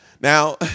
Now